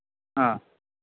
ആ